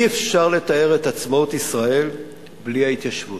אי-אפשר לתאר את עצמאות ישראל בלי ההתיישבות.